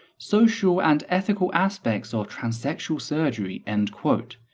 social and ethical aspects of transsexual surgery' end quote,